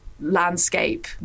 landscape